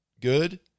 good